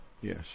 Yes